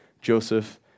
Joseph